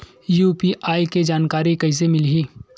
UPI के जानकारी कइसे मिलही?